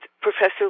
Professor